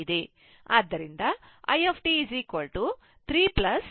ಆದ್ದರಿಂದ i 3 2